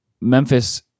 Memphis